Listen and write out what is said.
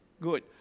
good